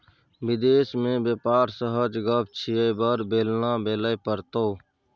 विदेश मे बेपार सहज गप छियै बड़ बेलना बेलय पड़तौ